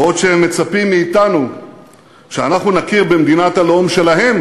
בעוד שהם מצפים מאתנו שאנחנו נכיר במדינת הלאום שלהם,